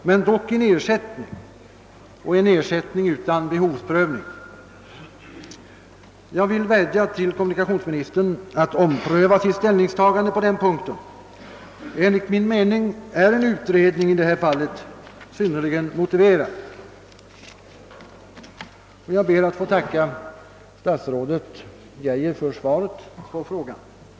Men man bör ge en ersättning utan behovsprövning. Jag vill vädja till kommunikationsministern att ompröva sitt ställningstagande på den punkten. Enligt min mening är en utredning i detta fall synnerligen motiverad. Jag tackar statsrådet Geijer för svaret på min interpellation.